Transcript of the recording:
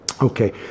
Okay